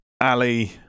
Ali